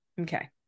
okay